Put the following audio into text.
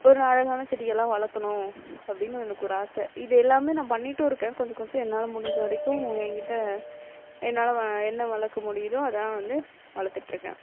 ஒரு அழகான செடியெல்லாம் வளர்க்கணும் அப்படின்னு எனக்கு ஒரு ஆசை இது எல்லாமே நான் பண்ணிட்டும் இருக்கேன் கொஞ்சம் கொஞ்சம் என்னால் முடிஞ்ச வரைக்கும் என் கிட்ட என்னால் என்ன வளர்க்க முடியுதோ அதுதான் வந்து வளர்த்துட்ருக்கேன்